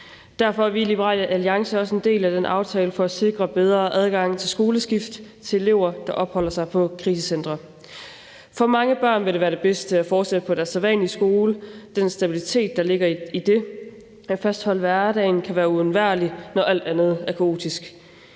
Derfor er vi i Liberal Alliance også en del af den aftale for at sikre bedre adgang til skoleskift til elever, der opholder sig på krisecentre. For mange børn vil det være det bedste at fortsætte på deres sædvanlige skole med den stabilitet, der ligger i det. At fastholde hverdagen kan være uundværligt, når alt andet er kaotisk.